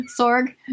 Sorg